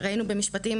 ראינו במשפט אחד,